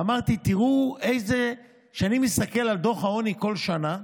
ואמרתי, כשאני מסתכל על דוח העוני כל שנה,